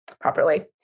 properly